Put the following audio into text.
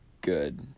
good